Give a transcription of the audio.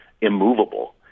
immovable